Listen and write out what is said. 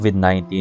COVID-19